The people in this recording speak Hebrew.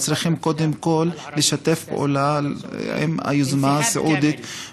אתם צריכים קודם כול לשתף פעולה עם היוזמה הסעודית.